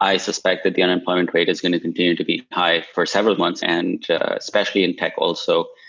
i suspect that the unemployment rate is going to continue to be high for several months and especially in tech also.